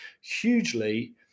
hugely